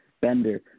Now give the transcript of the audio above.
Bender